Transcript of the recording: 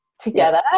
together